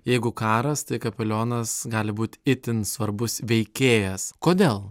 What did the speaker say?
jeigu karas tai kapelionas gali būt itin svarbus veikėjas kodėl